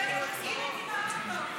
אין הצבעות.